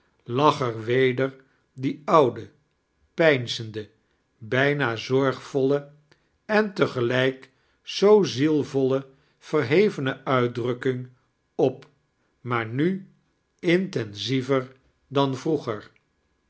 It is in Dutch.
er weder die oude peinzende bijna zorgvolle en te gelijk zoo zielvolle verhevene uitdrukking op maar nu intensiever dan vroegrde